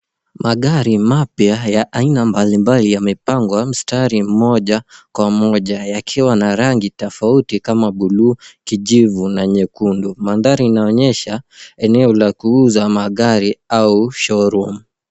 Magari mapya ya aina mbalimbali yamepangwa mstari moja kwa moja yakiwa na rangi tofauti kama buluu, kijivu na nyekundu. Mandhari inaonyesha eneo la kuuza magari au showroom .